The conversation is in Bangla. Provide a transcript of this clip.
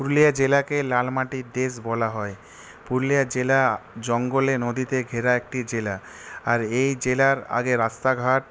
পুরুলিয়া জেলাকে লাল মাটির দেশ বলা হয় পুরুলিয়া জেলা জঙ্গলে নদীতে ঘেরা একটি জেলা আর এই জেলার আগে রাস্তাঘাট